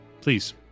Please